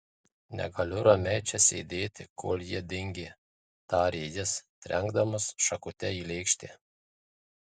negaliu ramiai čia sėdėti kol jie dingę tarė jis trenkdamas šakutę į lėkštę